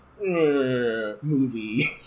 movie